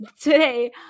today